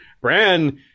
Bran